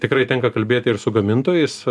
tikrai tenka kalbėti ir su gamintojais